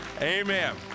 Amen